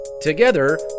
Together